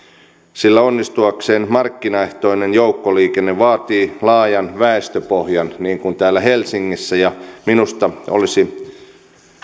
sillä onnistuakseen markkinaehtoinen joukkoliikenne vaatii laajan väestöpohjan niin kuin täällä helsingissä ja minusta olisi